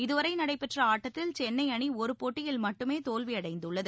இதுவரைநடைபெற்றஆட்டத்தில் சென்னைஅணிஒருபோட்டியில் மட்டுமேதோல்வியடைந்துள்ளது